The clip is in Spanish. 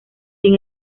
sin